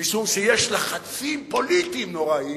משום שיש לחצים פוליטיים נוראיים,